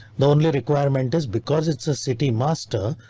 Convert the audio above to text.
the only requirement is because it's a city master.